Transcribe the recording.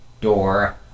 door